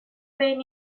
بین